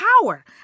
power